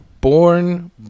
Born